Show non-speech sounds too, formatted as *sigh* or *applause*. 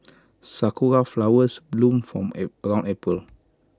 Sakura Flowers bloom from *hesitation* around April